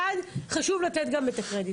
אחד, חשוב לתת גם את הקרדיט.